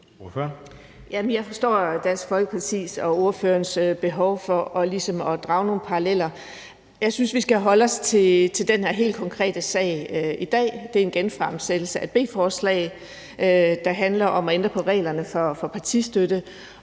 Jeg forstår Dansk Folkeparti og ordførerens behov for ligesom at drage nogle paralleller. Jeg synes, at vi skal holde os til den her helt konkrete sag i dag. Det er en genfremsættelse af et B-forslag, der handler om at ændre på reglerne for partistøtte.